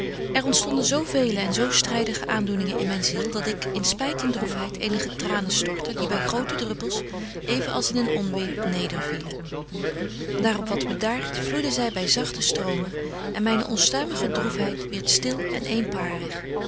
er onstonden zo vele en zo strydige aandoeningen in myn ziel dat ik in spyt en droefheid eenige tranen storte die by grote druppels even als in een onweêr nedervielen daar op wat bedaart vloeiden zy by zagte stromen en myne onstuimige droef heid wierdt stil en eenparig